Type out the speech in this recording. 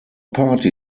party